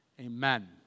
Amen